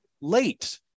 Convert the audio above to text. late